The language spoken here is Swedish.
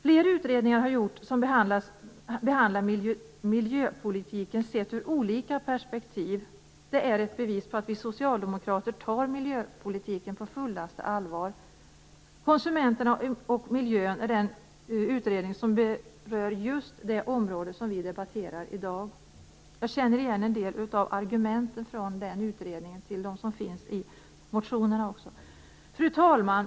Fler utredningar har gjorts som behandlar miljöpolitiken sett ur olika perspektiv. Det är ett bevis för att vi socialdemokrater tar miljöpolitiken på fullaste allvar. Konsumenterna och miljön är den utredning som berör just det område som vi debatterar i dag. Jag känner igen en del av argumenten från utredningen. De återfinns också i motionerna. Fru talman!